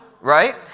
Right